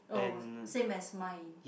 oh same as mine